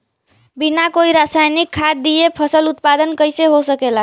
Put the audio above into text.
बिना कोई रसायनिक खाद दिए फसल उत्पादन कइसे हो सकेला?